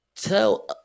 Tell